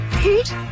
Pete